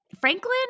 Franklin